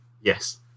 Yes